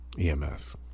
EMS